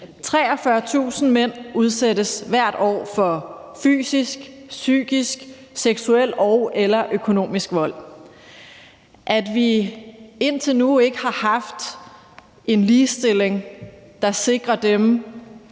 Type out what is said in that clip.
43.000 mænd udsættes hvert år for fysisk, psykisk, seksuel og/eller økonomisk vold. At vi indtil nu ikke har haft en ligestilling, der sikrer dem